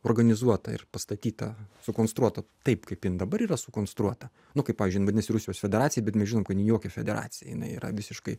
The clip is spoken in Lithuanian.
organizuota ir pastatyta sukonstruota taip kaip jin dabar yra sukonstruota nu kaip pavyzdžiui jin vadinasi rusijos federacija bet mes žinom kad ji jokia federacija jinai yra visiškai